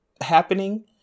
happening